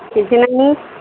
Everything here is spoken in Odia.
କିଛି ନାହିଁ